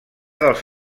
dels